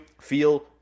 feel